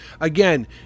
again